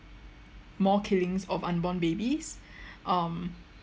more killings of unborn babies um